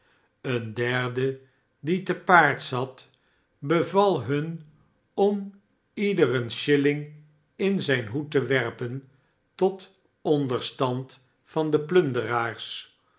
een derde die te paard zat beval hun om ieder een shilling in zijn hoed te werpen tot onderstand van de